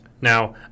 Now